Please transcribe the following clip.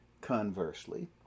conversely